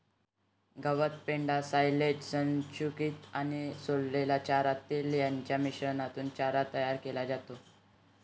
गवत, पेंढा, सायलेज, संकुचित आणि सोललेला चारा, तेल यांच्या मिश्रणापासून चारा तयार केला जातो